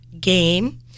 game